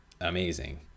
amazing